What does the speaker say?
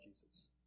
Jesus